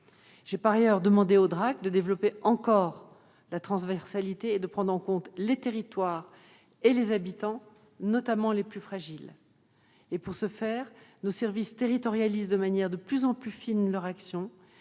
J'ai, par ailleurs, demandé aux DRAC de développer encore la transversalité et de prendre en compte les territoires et les habitants, notamment les plus fragiles. Pour ce faire, nos services territorialisent de manière de plus en plus fine leurs actions.